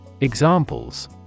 Examples